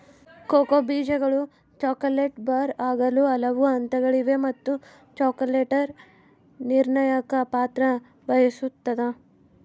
cocoa ಬೀಜಗಳು chocolate bar ಆಗಲು ಹಲವು ಹಂತಗಳಿವೆ ಮತ್ತು ಚಾಕೊಲೇಟರ್ ನಿರ್ಣಾಯಕ ಪಾತ್ರ ವಹಿಸುತ್ತದ